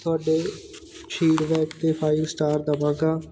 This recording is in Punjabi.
ਤੁਹਾਡੇ ਫੀਡਬੈਕ 'ਤੇ ਫਾਈਵ ਸਟਾਰ ਦੇਵਾਗਾਂ